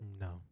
No